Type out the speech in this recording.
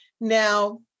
now